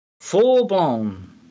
full-blown